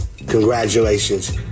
Congratulations